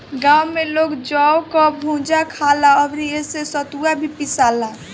गांव में लोग जौ कअ भुजा खाला अउरी एसे सतुआ भी पिसाला